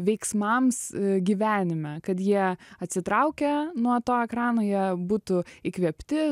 veiksmams gyvenime kad jie atsitraukę nuo to ekrano jie būtų įkvėpti